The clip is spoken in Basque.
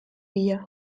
bila